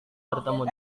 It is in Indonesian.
bertemu